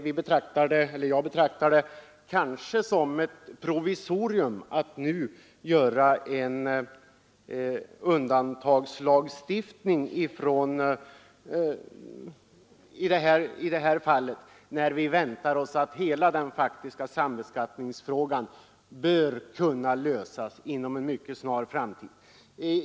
Jag betraktar det som ett icke nödvändigt provisorium att nu göra en särlagstiftning i detta fall, när vi väntar oss att hela frågan om den faktiska sambeskattningen skall kunna lösas inom en snar framtid.